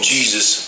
Jesus